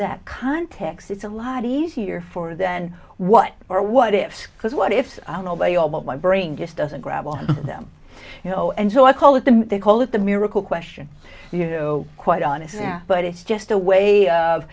that context it's a lot easier for than what or what ifs cause what if i don't obey all of my brain just doesn't grab one of them you know and so i call it the they call it the miracle question you know quite honestly but it's just a way of